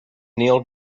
neil